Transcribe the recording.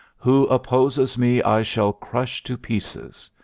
who opposes me i shall crush to pieces.